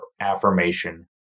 affirmation